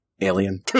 Alien